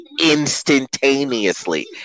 instantaneously